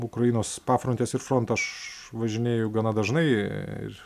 ukrainos pafrontes ir frontą aš važinėju gana dažnai ir